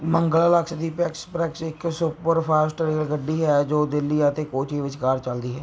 ਮੰਗਲਾ Lakshadweep express ਇੱਕ superfast ਰੇਲਗੱਡੀ ਹੈ ਜੋ ਦਿੱਲੀ ਅਤੇ ਕੋਚੀ ਵਿਚਕਾਰ ਚੱਲਦੀ ਹੈ